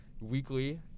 weekly